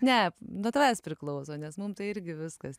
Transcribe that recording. ne nuo tavęs priklauso nes mum tai irgi viskas